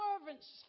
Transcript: servants